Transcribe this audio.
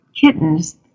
kittens